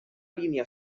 línia